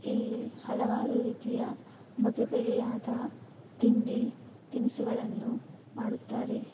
ಇಲ್ಲಿ ಹಲವಾರು ರೀತಿಯ ಬಗೆ ಬಗೆಯಾದ ತಿಂಡಿ ತಿನಿಸುಗಳನ್ನು ಮಾಡುತ್ತಾರೆ